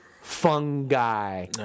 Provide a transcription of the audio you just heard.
fungi